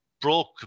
broke